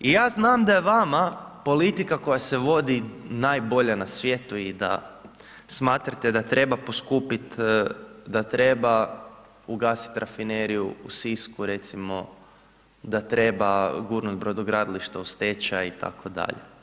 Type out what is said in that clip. I ja znam da je vama politika koja se vodi najbolja na svijetu i da smatrate da treba poskupiti, da treba ugasiti rafineriju u Sisku recimo, da treba gurnuti brodogradilište u stečaj itd.